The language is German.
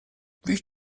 wie